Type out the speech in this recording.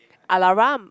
Alaram